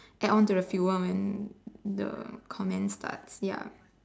add on to the few woman the comments part ya